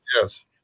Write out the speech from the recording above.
yes